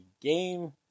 game